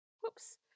Whoops